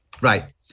Right